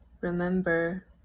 Remember